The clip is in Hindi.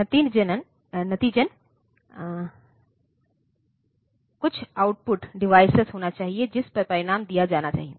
नतीजतन कुछ आउटपुट डिवाइस होना चाहिए जिस पर परिणाम दिया जाना चाहिए